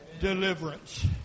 deliverance